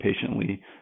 patiently